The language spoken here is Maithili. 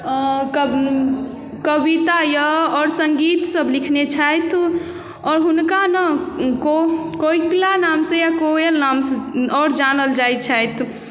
कऽ कविता यऽ आओर सङ्गीत सभ लिखने छथि आओर हुनका ने को कोकिला नाम से या कोयल नाम से आओर जानल जाइ छथि